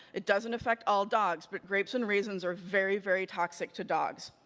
it doesn't effect all dogs, but grapes and raisins are very, very toxic to dogs.